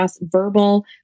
verbal